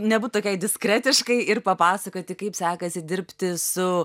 nebūt tokiai diskretiškai ir papasakoti kaip sekasi dirbti su